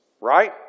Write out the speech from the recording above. right